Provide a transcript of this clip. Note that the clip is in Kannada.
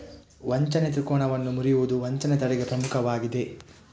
ವಂಚನೆ ತ್ರಿಕೋನವನ್ನು ಮುರಿಯುವುದು ವಂಚನೆ ತಡೆಗೆ ಪ್ರಮುಖವಾಗಿದೆ